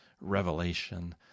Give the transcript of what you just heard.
Revelation